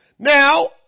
Now